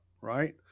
right